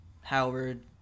Howard